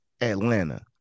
Atlanta